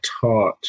taught